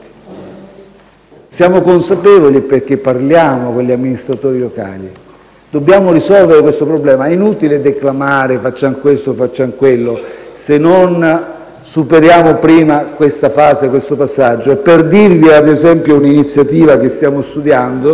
Siamo consapevoli, perché parliamo con gli amministratori locali. Dobbiamo risolvere questo problema; è inutile declamare che facciamo questo e facciamo quello, se non superiamo prima questa fase e questo passaggio. Un'iniziativa che stiamo studiando